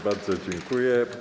Bardzo dziękuję.